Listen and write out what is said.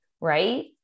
right